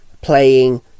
playing